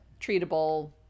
treatable